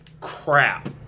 crap